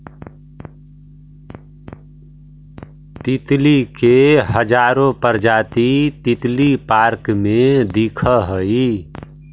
तितली के हजारो प्रजाति तितली पार्क में दिखऽ हइ